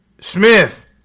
Smith